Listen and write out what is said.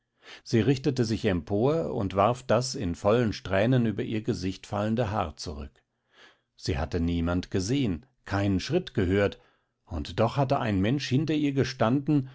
sie richtete sich empor und warf das in vollen strähnen über ihr gesicht fallende haar zurück sie hatte niemand gesehen keinen schritt gehört und doch hatte ein mensch hinter ihr gestanden